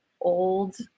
old